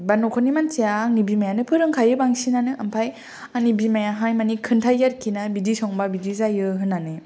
बा नखरनि मानसिया आंनि बिमायानो फोरोंखायो बांसिनानो ओमफ्राय आंनि बिमायाहाय माने खोनथायो आरोखि ना बिदि संबा बिदि जायो होननानै